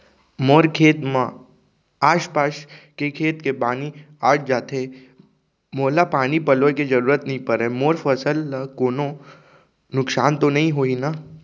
मोर खेत म आसपास के खेत के पानी आप जाथे, मोला पानी पलोय के जरूरत नई परे, मोर फसल ल कोनो नुकसान त नई होही न?